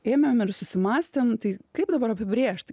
ėmėm ir susimąstėm tai kaip dabar apibrėžt